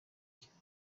cyane